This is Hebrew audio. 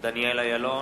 דניאל אילון,